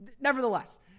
nevertheless